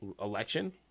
election